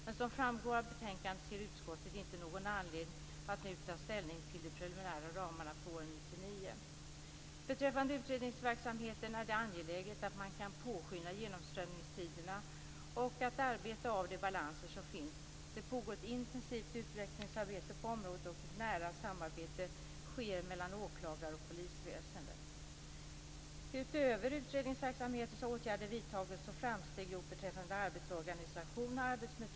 Men som framgår av betänkandet ser utskottet inte någon anledning att nu ta ställning till de preliminära ramarna för åren efter 1999. Beträffande utredningsverksamheten är det angeläget att man kan påskynda genomströmningstiderna och att arbeta av de balanser som finns. Det pågår ett intensivt utvecklingsarbete på området och ett nära samarbete sker mellan åklagar och polisväsendet. Utöver utredningsverksamheten har åtgärder vidtagits och framsteg gjorts beträffande arbetsorganisation och arbetsmetoder.